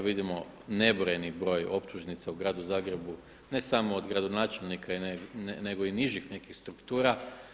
Vidimo nebrojeni broj optužnica u gradu Zagrebu, ne samo od gradonačelnika nego i nižih nekih struktura.